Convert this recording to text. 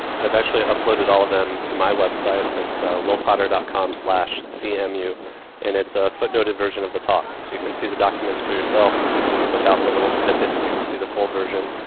i've actually uploaded all of them to my website. it's willpotter dot com slash cmu and it's a footnoted version of the talk, so you can see the documents for yourself without the little snippets. you can see the full version.